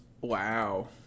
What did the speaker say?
Wow